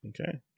Okay